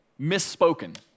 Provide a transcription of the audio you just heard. misspoken